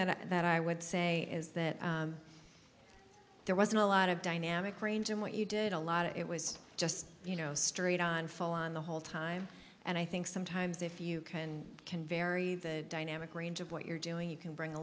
that i would say is that there wasn't a lot of dynamic range in what you did a lot of it was just you know straight on full on the whole time and i think sometimes if you can can vary dynamic range of what you're doing you can bring a